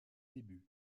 débuts